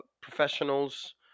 professionals